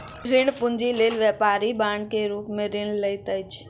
ऋण पूंजी लेल व्यापारी बांड के रूप में ऋण लैत अछि